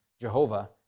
Jehovah